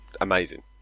amazing